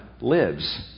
lives